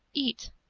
eat.